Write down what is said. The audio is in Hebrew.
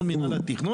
מול מינהל התכנון,